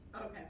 okay